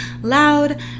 loud